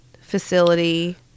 facility